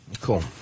Cool